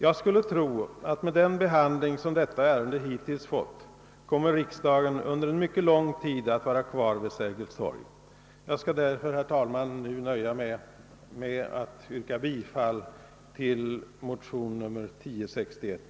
Jag skulle tro att, med den behandling detta ärende hittills fått, riksdagen under en mycket lång tid kommer att vara kvar vid Sergels torg. Jag skall därför, herr talman, nu nöja mig med att yrka bifall till motion II: 1061.